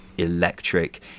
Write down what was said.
electric